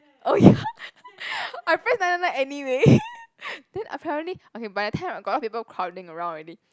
oh ya I press nine nine nine anyway then apparently okay by that time got a lot of people crowding around already